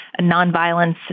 nonviolence